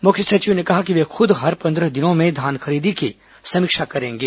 मुख्य सचिव ने कहा कि वे खुद हर पंद्रह दिनों में धान खरीदी की समीक्षा करेंगे